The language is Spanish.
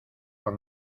por